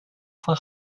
for